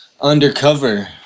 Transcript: undercover